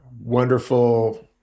wonderful